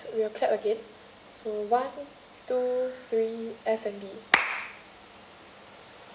you will clap again so one two three F&B